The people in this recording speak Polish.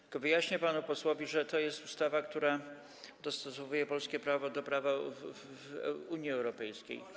Tylko wyjaśnię panu posłowi, że jest to ustawa, która dostosowuje polskie prawo do prawa Unii Europejskiej.